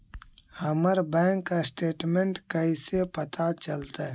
हमर bank statement कैसे पता चलतै?